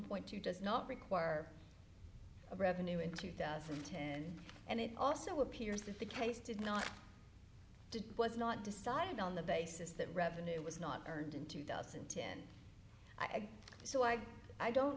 point two does not require a revenue in two thousand and ten and it also appears that the case did not did was not decided on the basis that revenue was not earned in two thousand and ten eyck so i i don't